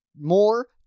more